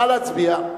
נא להצביע.